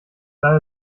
sah